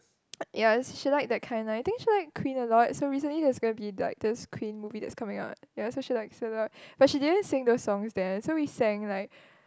ya she like that kind I think she like queen a lot so recently there's gonna be like this queen movie that's coming out yeah so like it a lot but she didn't sing those song there so we sang like